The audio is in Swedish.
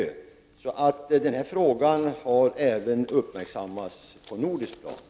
Denna fråga har alltså uppmärksammats även på det nordiska planet.